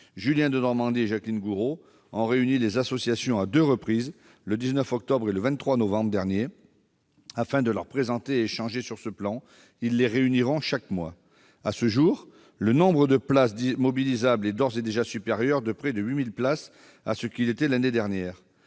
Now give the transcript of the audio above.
Julien Denormandie et Jacqueline Gourault ont réuni les associations à deux reprises, le 19 octobre et le 23 novembre derniers, afin de leur présenter le plan et d'échanger. Ils les réuniront chaque mois. À ce jour, le nombre de places mobilisables est d'ores et déjà supérieur de près de 8 000 à ce qu'il était l'année dernière.